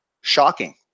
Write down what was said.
shocking